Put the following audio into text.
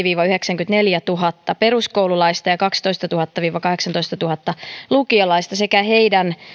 viiva yhdeksänkymmentäneljätuhatta peruskoululaista ja kaksitoistatuhatta viiva kahdeksantoistatuhatta lukio laista sekä heidän